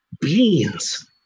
Beans